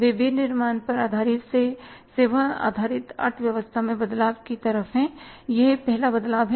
वे विनिर्माण पर आधारित से सेवा आधारित अर्थव्यवस्था में बदलाव की तरफ हैं यह पहला बदलाव है